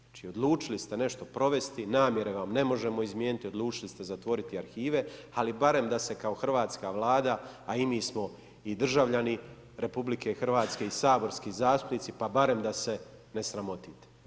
Znači odlučili ste nešto provesti, namjere vam ne možemo izmijeniti, odlučili ste zatvoriti arhive ali barem da se kao hrvatska Vlada a i mi smo državljani RH i saborski zastupnici, pa barem da se ne sramotite.